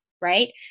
right